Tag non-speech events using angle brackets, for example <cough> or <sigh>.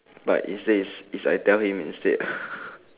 but it says is I tell him instead <breath>